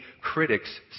critics